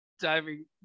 diving